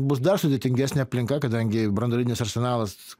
bus dar sudėtingesnė aplinka kadangi branduolinis arsenalas